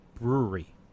brewery